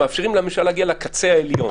שמאפשרים להגיע לקצה העליון.